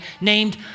named